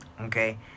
Okay